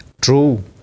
True